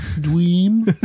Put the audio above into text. Dream